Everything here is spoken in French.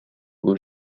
aux